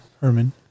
Herman